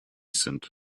sind